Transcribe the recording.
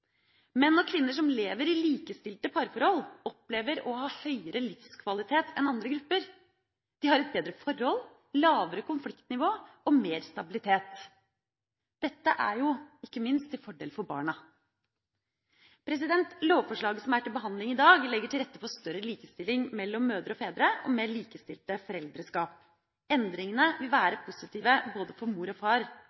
Menn og kvinner som lever i likestilte parforhold, opplever å ha høyere livskvalitet enn andre grupper. De har et bedre forhold, lavere konfliktnivå og mer stabilitet. Dette er jo ikke minst til fordel for barna. Lovforslaget som er til behandling i dag, legger til rette for større likestilling mellom mødre og fedre og mer likestilte foreldreskap. Endringene vil